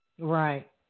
Right